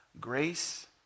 grace